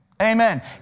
Amen